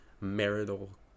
marital